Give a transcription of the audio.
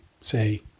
say